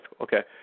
Okay